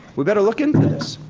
we better look into this.